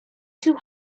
too